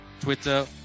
twitter